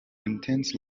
intense